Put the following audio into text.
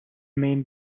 main